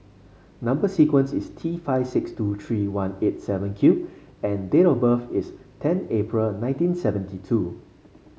number sequence is T five six two three one eight seven Q and date of birth is ten April nineteen seventy two